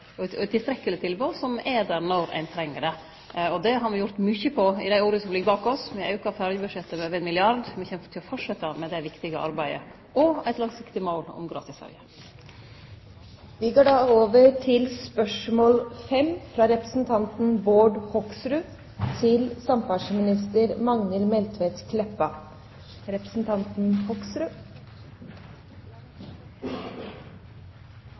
tilbod, som er der når ein treng det. Det har me gjort mykje for i det året som ligg bak oss – me har auka ferjebudsjettet med over 1 milliard kr. Me kjem til å halde fram med det viktige arbeidet og ha eit langsiktig mål om